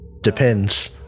Depends